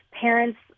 parents